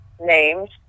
names